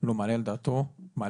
לא מעלה על דעתו לא